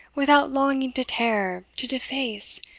without longing to tear, to deface,